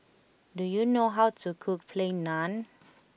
do you know how to cook Plain Naan